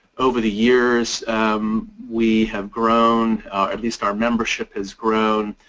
over the years um we have grown at least our membership has grown.